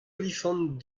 olifant